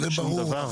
זה ברור.